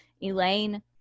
Elaine